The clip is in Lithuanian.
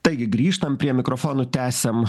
taigi grįžtam prie mikrofonų tęsiam